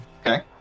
Okay